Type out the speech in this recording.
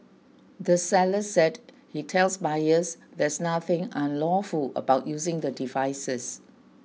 the seller said he tells buyers there's nothing unlawful about using the devices